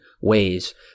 ways